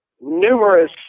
numerous